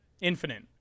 Infinite